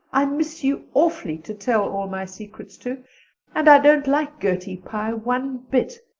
i miss you awfully to tell all my secrets to and i don't like gertie pye one bit.